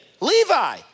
Levi